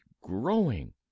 growing